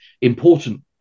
important